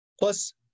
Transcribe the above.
Plus